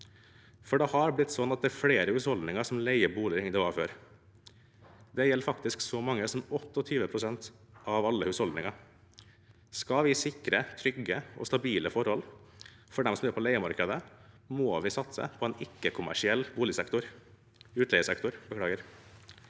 om. Det har blitt sånn at det er flere husholdninger som leier bolig enn det var før. Det gjelder faktisk så mange som 28 pst. av alle husholdninger. Skal vi sikre trygge og stabile forhold for dem som er på leiemarkedet, må vi satse på en ikke-kommersiell utleiesektor, for